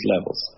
levels